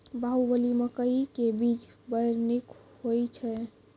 बाहुबली मकई के बीज बैर निक होई छै